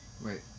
wait